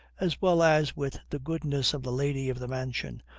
as well as with the goodness of the lady of the mansion,